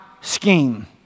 scheme